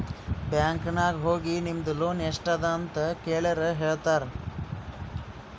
bank ನಾಗ್ ಹೋಗಿ ನಿಮ್ದು ಲೋನ್ ಎಸ್ಟ್ ಅದ ಅಂತ ಕೆಳುರ್ ಹೇಳ್ತಾರಾ